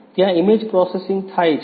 ત્યાં image processing થાય છે